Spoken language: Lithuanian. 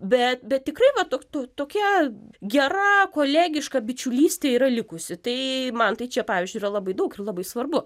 bet bet tikrai va to to tokia gera kolegiška bičiulystė yra likusi tai man tai čia pavyzdžiui yra labai daug ir labai svarbu